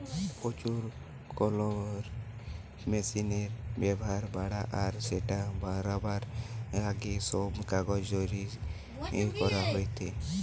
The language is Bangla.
প্রচুর কলের মেশিনের ব্যাভার বাড়া আর স্যাটা বারানার আগে, সব কাগজ হাতে তৈরি করা হেইতা